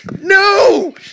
no